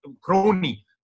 crony